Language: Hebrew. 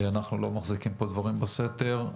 אנחנו לא מחזיקים פה דברים בסתר.